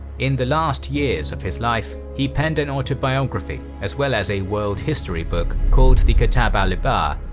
in the last years of his life, he penned an autobiography, as well as a world history book called the kitab al-'ibar,